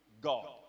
God